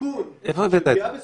מאיפה הבאת את זה?